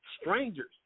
strangers